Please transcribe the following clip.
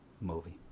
movie